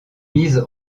mises